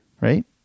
right